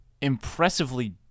impressively